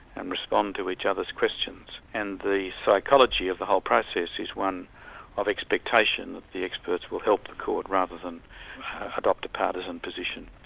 and respond to each other's questions. and the psychology of the whole process is one of expectation that the experts will help the court rather than adopt a partisan position.